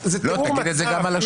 תגיד את זה גם עליהם.